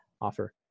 offer